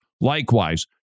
likewise